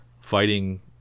fighting